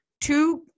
Two